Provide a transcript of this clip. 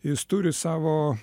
jis turi savo